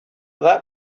that